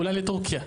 אולי לטורקיה.